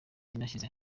yanashyize